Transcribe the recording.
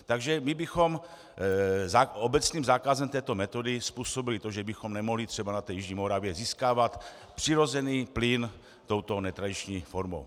Takže my bychom obecným zákazem této metody způsobili to, že bychom nemohli třeba na té jižní Moravě získávat přirozený plyn touto netradiční formou.